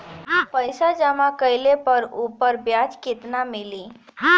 पइसा जमा कइले पर ऊपर ब्याज केतना मिली?